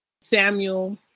Samuel